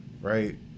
right